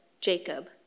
Jacob